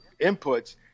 inputs